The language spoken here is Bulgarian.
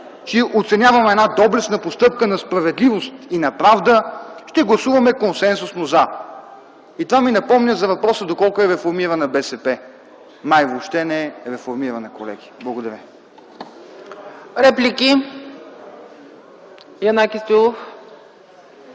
че оценяваме доблестна постъпка на справедливост и на правда, ще гласуваме консенсусно „за” и това ми напомня за въпроса до колко е реформирана БСП. Май въобще не е реформирана, колеги. Благодаря. ПРЕДСЕДАТЕЛ